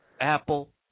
apple